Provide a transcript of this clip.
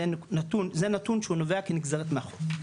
זה נתון שהוא נובע כנגזרת מהחוק,